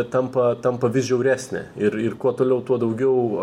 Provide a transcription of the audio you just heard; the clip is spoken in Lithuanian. tampa tampa vis žiauresnė ir ir kuo toliau tuo daugiau